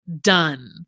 done